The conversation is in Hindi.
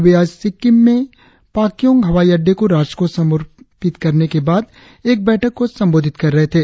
वे आज सिक्किम में पाक्योंग हवाई अड्डे को राष्ट्र को समर्पित करने के बाद एक बैठक को संबोधित कर रहे थे